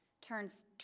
turns